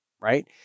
right